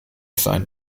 sein